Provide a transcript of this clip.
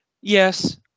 yes